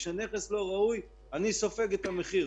כשנכס לא ראוי, אני סופג את המחיר.